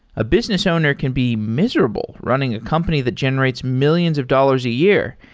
a business owner can be miserable running a company that generates millions of dollars a year,